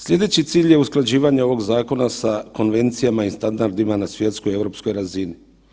Slijedeći cilj je usklađivanje ovog zakona sa konvencijama i standardima na svjetskoj i europskoj razini.